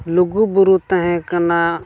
ᱞᱩᱜᱩᱼᱵᱩᱨᱩ ᱛᱟᱦᱮᱸ ᱠᱟᱱᱟ